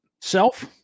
self